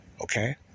Okay